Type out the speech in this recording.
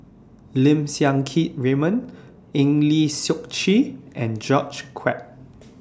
Lim Siang Keat Raymond Eng Lee Seok Chee and George Quek